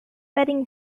bedding